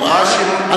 מה, אתה בעד זה?